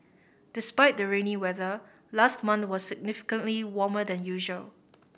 despite the rainy weather last month was significantly warmer than usual